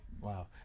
Wow